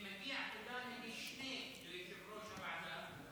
תודה לממלא מקום הוועדה,